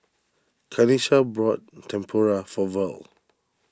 Kanesha bought Tempura for Verle